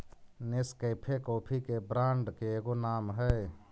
Nescafe coffee के brand के एगो नाम हई